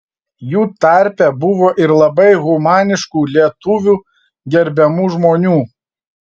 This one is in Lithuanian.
jų tarpe buvo ir labai humaniškų lietuvių gerbiamų žmonių